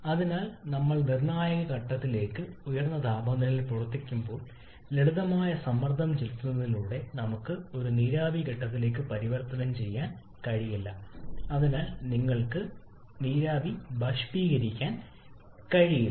അതിനാൽ നമ്മൾ നിർണായക താപനിലയേക്കാൾ ഉയർന്ന താപനിലയിൽ പ്രവർത്തിക്കുമ്പോൾ ലളിതമായ സമ്മർദ്ദം ചെലുത്തുന്നതിലൂടെ നമുക്ക് ഒരു നീരാവി ദ്രാവക ഘട്ടത്തിലേക്ക് പരിവർത്തനം ചെയ്യാൻ കഴിയില്ല അല്ലെങ്കിൽ നിങ്ങൾക്ക് ഒരു നീരാവി ബാഷ്പീകരിക്കാൻ കഴിയില്ല